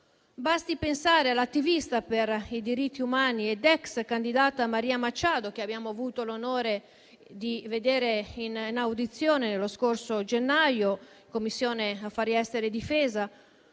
Basti pensare all'attivista per i diritti umani ed ex candidata Maria Machado, che abbiamo avuto l'onore di vedere in audizione lo scorso gennaio presso la Commissione affari esteri e difesa,